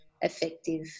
effective